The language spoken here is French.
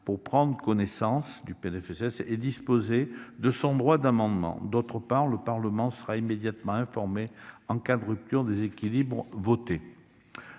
pour prendre connaissance du PLFSS et exercer son droit d'amendement. Par ailleurs, il sera immédiatement informé en cas de rupture des équilibres votés.